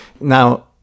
Now